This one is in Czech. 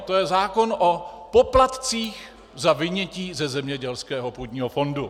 To je zákon o poplatcích za vynětí ze zemědělského půdního fondu.